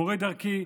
מורי דרכי,